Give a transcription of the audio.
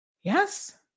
Yes